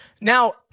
Now